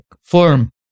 form